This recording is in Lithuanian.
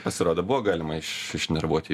pasirodo buvo galima iš išnervuot jį